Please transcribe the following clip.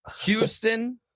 Houston